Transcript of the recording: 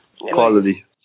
Quality